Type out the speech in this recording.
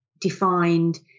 defined